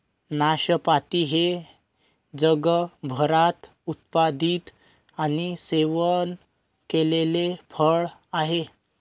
नाशपाती हे जगभरात उत्पादित आणि सेवन केलेले फळ आहे